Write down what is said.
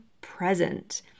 present